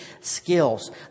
skills